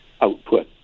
output